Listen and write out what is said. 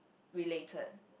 related